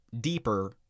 deeper